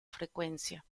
frecuencia